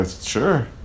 sure